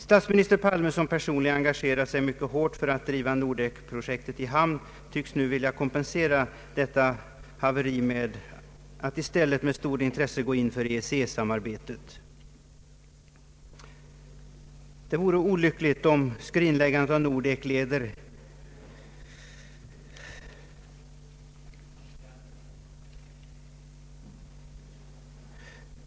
Statsminister Palme, som personligen engagerat sig mycket hårt för att driva Nordekprojektet i hamn, tycks nu vilja kompensera detta haveri genom att i stället med stort intresse gå in för EEC-samarbetet. Jag har inte sett Nordek som en språngbräda till EEC utan som ett självständigt projekt för nordiskt samarbete.